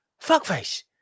Fuckface